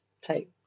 take